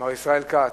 מר ישראל כץ,